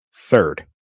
third